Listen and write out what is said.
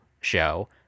show